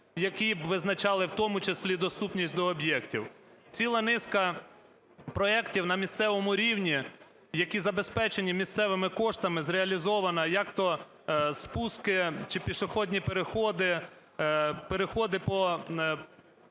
які б визначали в тому числі доступність до об'єктів. Ціла низка проектів на місцевому рівні, які забезпечені місцевими коштами, зреалізована, як-то: спуски чи пішохідні переходи, переходи по